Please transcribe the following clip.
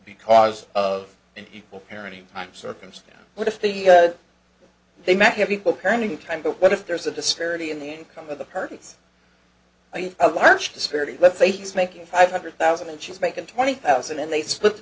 because of an equal parenting time circumstance what if the they might have equal parenting time but what if there's a disparity in the income of the perkins i have a large disparity let's say things making five hundred thousand and she's making twenty thousand and they split